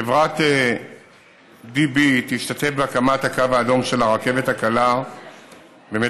חברת DB תשתתף בהקמת הקו האדום של הרכבת הקלה במטרופולין